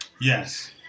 Yes